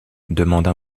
demande